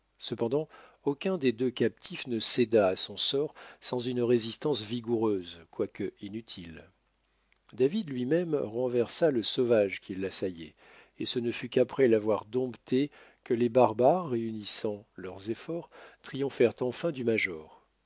cependant aucun des deux captifs ne céda à son sort sans une résistance vigoureuse quoique inutile david lui-même renversa le sauvage qui l'assaillait et ce ne fut qu'après l'avoir dompté que les barbares réunissant leurs efforts triomphèrent enfin du major